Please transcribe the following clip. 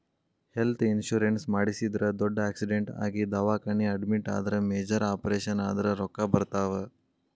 health insurance ಮಾಡಿಸಿದ್ರ ದೊಡ್ಡ್ accident ಆಗಿ ದವಾಖಾನಿ ಅಡ್ಮಿಟ್ ಆದ್ರ ಮೇಜರ್ ಆಪರೇಷನ್ ಆದ್ರ ರೊಕ್ಕಾ ಬರ್ತಾವ